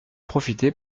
profité